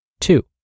Two